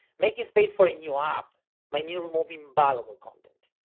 making space for a new app might mean removing valuable content.